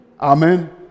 Amen